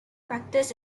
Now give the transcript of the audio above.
practice